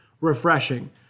refreshing